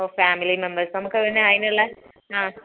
അപ്പോൾ family members നമുക്കതിന് അതിനുള്ള